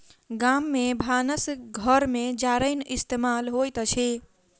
गाम में भानस घर में जारैन इस्तेमाल होइत अछि